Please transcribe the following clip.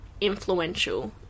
influential